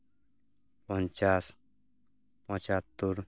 ᱯᱚᱧᱪᱟᱥ ᱯᱚᱸᱪᱟᱛᱛᱳᱨ